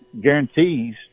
guarantees